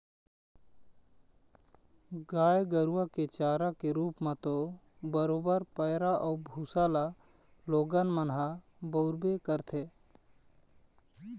गाय गरुवा के चारा के रुप म तो बरोबर पैरा अउ भुसा ल लोगन मन ह बउरबे करथे